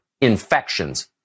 infections